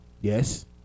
yes